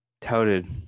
touted